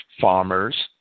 Farmers